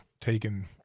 taken